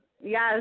Yes